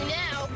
now